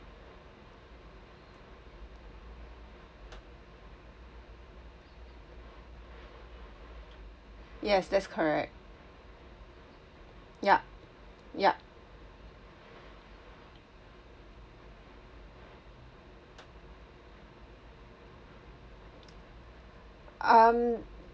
yes that's correct yup yup um